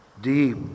deep